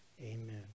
Amen